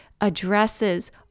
addresses